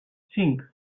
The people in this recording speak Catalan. cinc